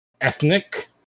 ethnic